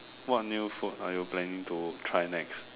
what new food are you planning to try next